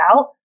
out